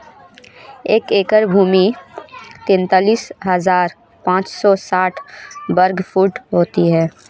एक एकड़ भूमि तैंतालीस हज़ार पांच सौ साठ वर्ग फुट होती है